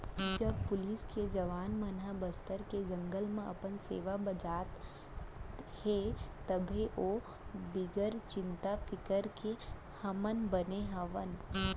जब पुलिस के जवान मन ह बस्तर के जंगल म अपन सेवा बजात हें तभे तो बिगर चिंता फिकर के हमन बने हवन